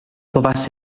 povas